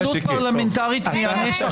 בריונות פרלמנטרית מהנץ החמה.